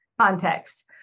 context